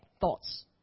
thoughts